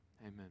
Amen